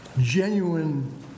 genuine